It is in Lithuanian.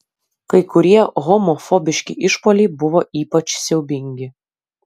kai kurie homofobiški išpuoliai buvo ypač siaubingi